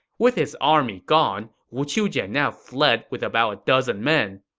with his army gone, wu qiujian now fled with about a dozen men.